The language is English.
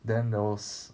then those